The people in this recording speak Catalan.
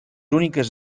úniques